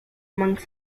amongst